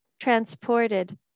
transported